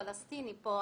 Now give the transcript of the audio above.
הפלשתיני פה.